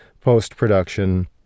post-production